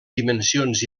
dimensions